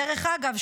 דרך אגב,